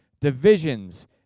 divisions